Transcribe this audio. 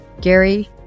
Gary